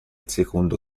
secondo